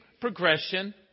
progression